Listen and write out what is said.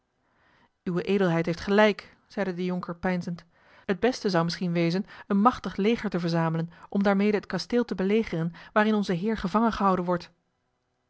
uwe edelheid heeft gelijk zeide de jonker peinzend het beste zou misschien wezen een machtig leger te verzamelen om daarmede het kasteel te belegeren waarin onze heer gevangen gehouden wordt